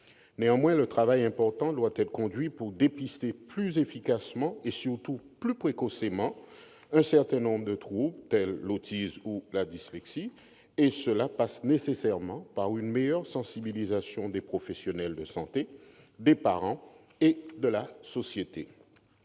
Néanmoins, un travail important doit être conduit pour dépister plus efficacement et surtout plus précocement un certain nombre de troubles, tels l'autisme ou la dyslexie ; cela passe nécessairement par une meilleure sensibilisation des professionnels de santé, des parents et de la société.